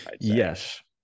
Yes